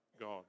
God